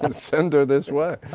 and send her this way.